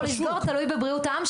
אם לפתוח או לסגור תלוי בבריאות העם,